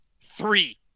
three